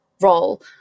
role